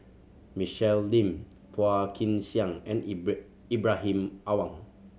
Michelle Lim Phua Kin Siang and Ibrahim Awang